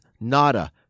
nada